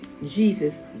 Jesus